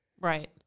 Right